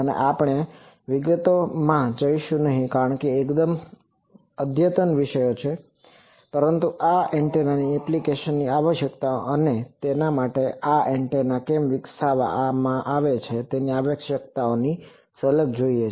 અને આપણે વિગતોમાં જઈશું નહીં કારણ કે આ એકદમ અદ્યતન વિષયો છે પરંતુ આ એન્ટેનાની એપ્લિકેશનની આવશ્યકતાઓ અને તેના માટે આ એન્ટેના કેમ વિકસાવવામાં આવી છે તેની આવશ્યકતાઓની ઝલક જોઈએ